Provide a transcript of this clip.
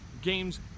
games